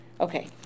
Okay